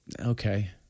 okay